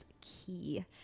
key